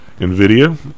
NVIDIA